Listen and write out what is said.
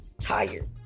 tired